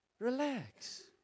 Relax